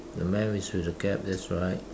the man is with a cap that's right